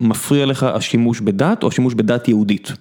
מפריע לך השימוש בדת, או שימוש בדת יהודית.